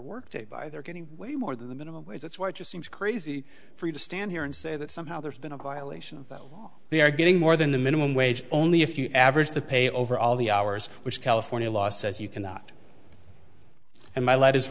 work day by they're getting way more than the minimum wage that's why it just seems crazy for you to stand here and say that somehow there's been a violation that they are getting more than the minimum wage only if you average the pay over all the hours which california law says you cannot and my l